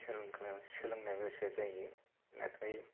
सोलोंनो गोसो जायो नाथाय